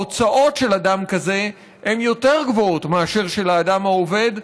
ההוצאות של אדם כזה הן יותר גבוהות מאשר של האדם העובד,